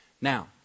Now